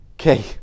Okay